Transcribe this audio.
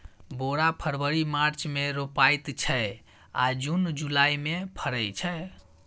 बोरा फरबरी मार्च मे रोपाइत छै आ जुन जुलाई मे फरय छै